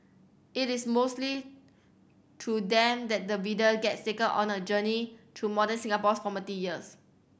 it is mostly through them that the reader gets taken on a journey through modern Singapore's formative years